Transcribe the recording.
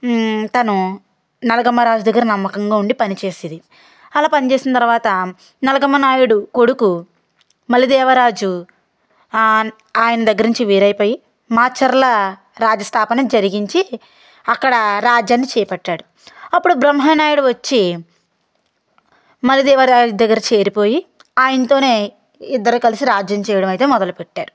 తను నలగామ రాజు దగ్గర నమ్మకంగా ఉండి పనిచేసేది అలా పని చేసిన తర్వాత నలగామ నాయుడు కొడుకు మలిదేవరాజు ఆయన దగ్గర నుంచి వేరయిపోయి మాచర్ల రాజస్థాపన జరిపించి అక్కడ రాజ్యాన్ని చేపట్టాడు అప్పుడు బ్రహ్మనాయుడు వచ్చి మలిదేవరాయ దగ్గరికి చేరిపోయి ఆయనతోనే ఇద్దరు కలిసి రాజ్యం చేయడం అయితే మొదలు పెట్టారు